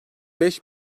beş